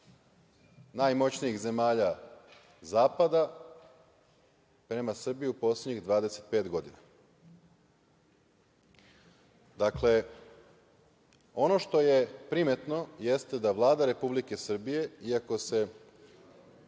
najmoćnijih zemalja Zapada prema Srbiji u poslednjih 25 godina. Ono što je primetno jeste da Vlada Republike Srbije, iako se